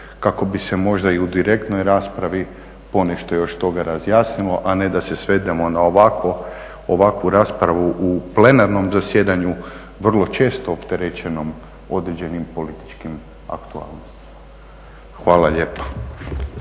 kako bi se možda i u direktnoj raspravi ponešto još toga razjasnilo a ne da se svedemo na ovakvu raspravu u plenarnom zasjedanju, vrlo često opterećenom određenim političkim aktualnostima. Hvala lijepa.